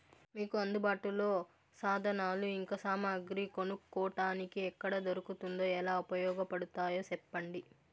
మీకు అందుబాటులో సాధనాలు ఇంకా సామగ్రి కొనుక్కోటానికి ఎక్కడ దొరుకుతుందో ఎలా ఉపయోగపడుతాయో సెప్పండి?